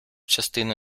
частину